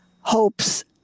hopes